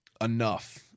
enough